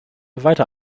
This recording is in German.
weiter